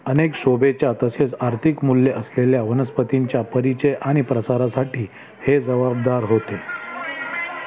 अनेक शोभेच्या तसेच आर्थिक मूल्य असलेल्या वनस्पतींच्या परिचय आनि प्रसारासाठी हे जबाबदार होते